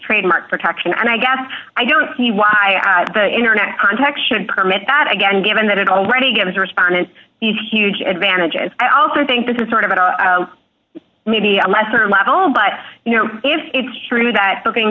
trademark protection and i guess i don't see why the internet context should permit that again given that it already gives respondents these huge advantages i also think this is sort of a maybe a lesser level but you know if it's true that booking